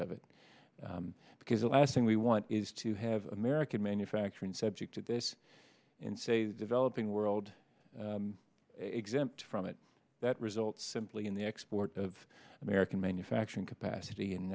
of it because the last thing we want is to have american manufacturing subject to this in say the developing world exempt from it that result simply in the export of american manufacturing capacity and